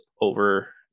over